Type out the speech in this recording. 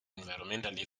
environmentally